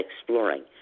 exploring